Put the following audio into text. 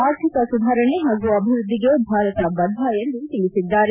ಆರ್ಥಿಕ ಸುಧಾರಣೆ ಹಾಗೂ ಅಭಿವೃದ್ದಿಗೆ ಭಾರತ ಬದ್ದ ಎಂದು ತಿಳಿಸಿದ್ದಾರೆ